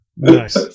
Nice